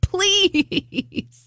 Please